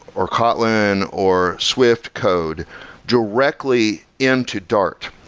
or kotlin, or swift code directly into dart.